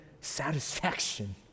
satisfaction